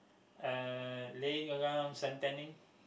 uh laying around suntanning